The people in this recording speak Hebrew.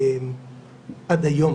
עד היום